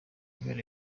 kabera